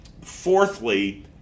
Fourthly